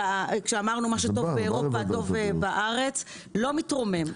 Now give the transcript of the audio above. אמרנו שמה שמטוב באירופה, טוב בארץ לא מתרומם.